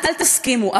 אל תסכימו,